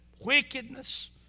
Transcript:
wickedness